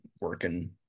working